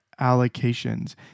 allocations